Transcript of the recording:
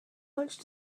much